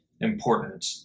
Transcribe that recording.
important